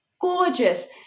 gorgeous